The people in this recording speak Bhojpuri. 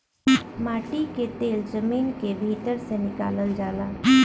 माटी के तेल जमीन के भीतर से निकलल जाला